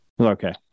Okay